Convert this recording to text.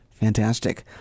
Fantastic